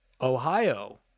Ohio